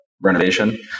renovation